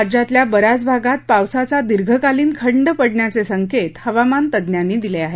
राज्यातल्या बऱ्याच भागात पावसाचा दीर्घकालीन खंड पडण्याचे संकेत हवामान तज्ञांनी दिले आहेत